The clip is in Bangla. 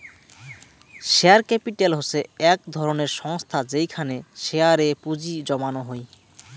শেয়ার ক্যাপিটাল হসে এক ধরণের সংস্থা যেইখানে শেয়ার এ পুঁজি জমানো হই